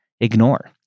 ignore